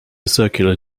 circular